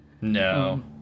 no